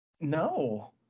No